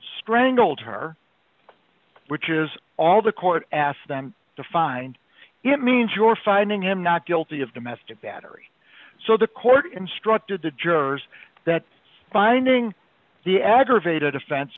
strangled her which is all the court asks them to find it means you're finding him not guilty of domestic battery so the court instructed the jurors that finding the aggravated offense